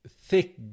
thick